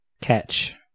Catch